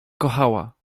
kochała